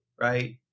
Right